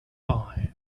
eye